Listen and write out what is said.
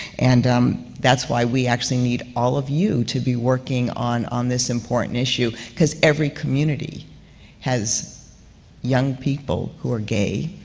and that's why we actually need all of you to be working on on this important issue, because every community has young people who are gay,